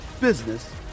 business